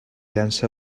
llança